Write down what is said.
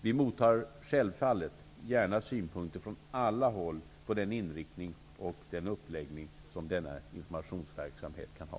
Vi mottar självfallet gärna synpunkter från alla håll på den inriktning och uppläggning som denna informationsverksamhet bör ha.